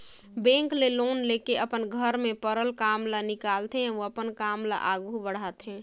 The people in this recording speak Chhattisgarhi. बेंक ले लोन लेके अपन घर में परल काम ल निकालथे अउ अपन काम ल आघु बढ़ाथे